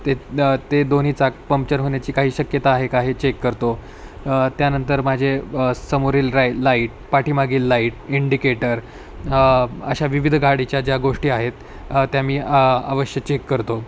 ते ते दोन्ही चाक पंक्चर होण्याची काही शक्यता आहे का हे चेक करतो त्यानंतर माझे समोरील राय लाईट पाठीमागील लाईट इंडिकेटर अशा विविध गाडीच्या ज्या गोष्टी आहेत त्या मी अवश्य चेक करतो